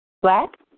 Black